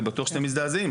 אני בטוח שאתם מזדעזעים,